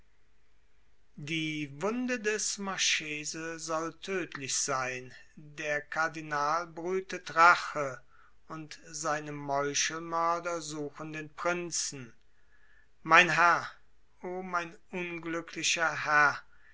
die wunde des marchese soll tödlich sein der kardinal brütet rache und seine meuchelmörder suchen den prinzen mein herr o mein unglücklicher herr